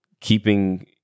keeping